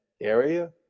area